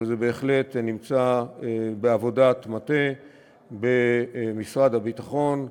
אבל זה בהחלט נמצא בעבודת מטה במשרד הביטחון,